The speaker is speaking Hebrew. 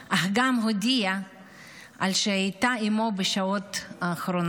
אך גם הודתה על כך שהייתה עימו בשעות האחרונות.